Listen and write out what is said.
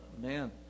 man